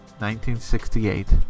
1968